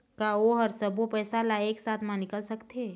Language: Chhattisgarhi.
का ओ हर सब्बो पैसा ला एक साथ म निकल सकथे?